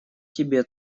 тебе